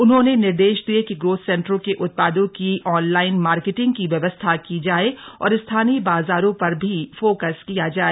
उन्होंने निर्देश दिये कि ग्रोथ सेंटरों के उत्पादों की ऑनलाइन मार्केटिंग की व्यवस्था की जाए और स्थानीय बाजारों पर भी फोकस किया जाए